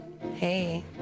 Hey